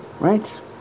Right